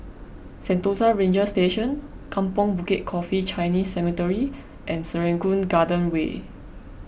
Sentosa Ranger Station Kampong Bukit Coffee Chinese Cemetery and Serangoon Garden Way